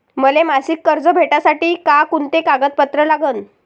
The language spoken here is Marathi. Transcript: मले मासिक कर्ज भेटासाठी का कुंते कागदपत्र लागन?